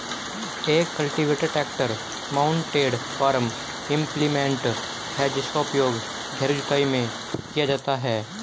एक cultivator tractor mounted farm implement है जिसका उपयोग गहरी जुताई में किया जाता है